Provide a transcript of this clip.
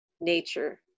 nature